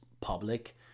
public